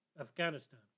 Afghanistan